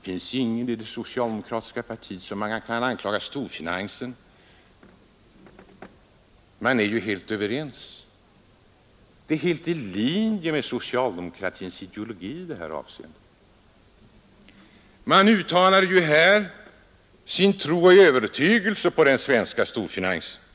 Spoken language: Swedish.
Det finns ingen i det socialdemokratiska partiet som kan klaga på storfinansen, Man är ju helt överens. Det är helt i linje med socialdemokratins ideologi i det här avseendet. Man uttalar här sin tro på och övertygelse om den svenska storfinansens förträfflighet.